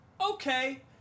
Okay